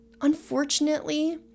unfortunately